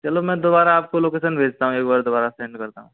चलो मैं दोबारा आपको लोकेशन भेजता हूँ एक बार दोबारा सेंड करता हूँ